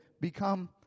become